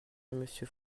monsieur